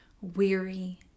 weary